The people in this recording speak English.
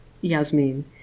yasmin